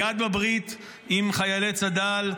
בגד בברית עם חיילי צד"ל.